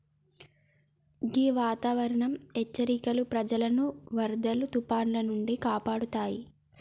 గీ వాతావరనం హెచ్చరికలు ప్రజలను వరదలు తుఫానాల నుండి కాపాడుతాయి